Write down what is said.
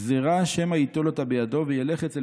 גזרה: שמא ייטול אותה בידו וילך אצל